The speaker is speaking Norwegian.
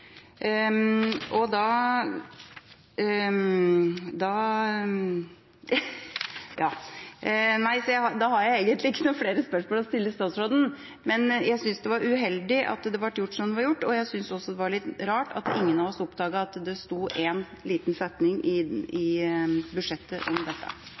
Da har jeg egentlig ikke noen flere spørsmål å stille statsråden, men jeg synes det var uheldig at det ble gjort som det ble gjort, og jeg synes også det var litt rart at ingen av oss oppdaget at det sto én liten setning i budsjettet om dette.